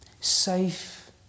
Safe